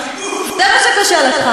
שם התחיל הכיבוש,